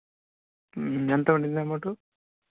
ఎంత ఉంది అమౌంటు